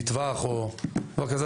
מטווח או מקום כזה,